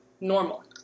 normal